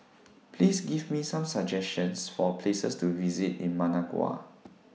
Please Give Me Some suggestions For Places to visit in Managua